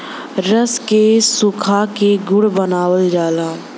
रस के सुखा क गुड़ बनावल जाला